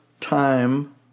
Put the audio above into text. time